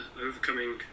overcoming